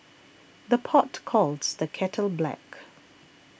the pot calls the kettle black